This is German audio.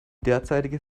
derzeitige